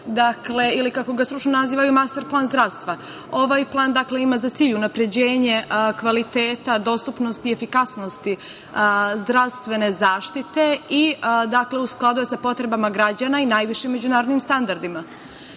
zaštite ili kako ga stručno nazivaju – master plan zdravstva. Ovaj plan ima za cilj unapređenje kvaliteta, dostupnosti i efikasnosti zdravstvene zaštite i u skladu je sa potrebama građana i najvišim međunarodnim standardima. Nacrtom